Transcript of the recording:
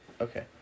Okay